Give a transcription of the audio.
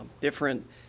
different